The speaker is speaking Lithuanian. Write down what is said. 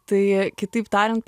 tai kitaip tariant